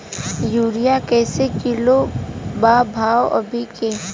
Urea कइसे kilo बा भाव अभी के?